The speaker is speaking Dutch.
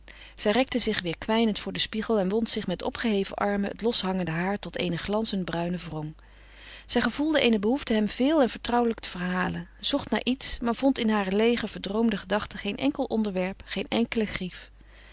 zij rekte zich weer kwijnend voor den spiegel en wond zich met opgeheven armen het loshangende haar tot eene glanzend bruine wrong zij gevoelde eene behoefte hem veel en vertrouwelijk te verhalen zocht naar iets maar vond in hare leêge verdroomde gedachte geen enkel onderwerp geen enkele grief